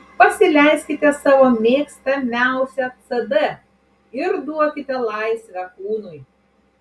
pasileiskite savo mėgstamiausią cd ir duokite laisvę kūnui